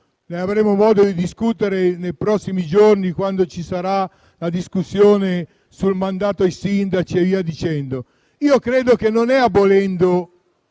avremo modo di discutere nei prossimi giorni quando si svolgerà la discussione sul mandato ai sindaci, io credo che non sia abolendo